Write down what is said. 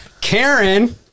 Karen